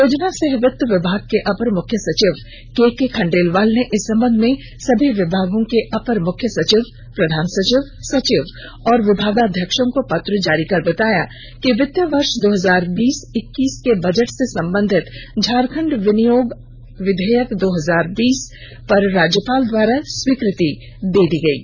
योजना सह वित्त विभाग के अपर मुख्य सचिव के के खंडेलवाल ने इस संबंध में सभी विभागों के अपर मुख्य सचिव प्रधान सचिव सचिव और विभागाध्यक्षों को पत्र जारी कर बताया कि वित्तीय वर्ष दो हजार बीस इक्कीस के बजट से संबंधित झारखंड विनियोग विधेयक दो हजार बीस पर राज्यपाल द्वारा स्वीकृति प्रदान कर दी गयी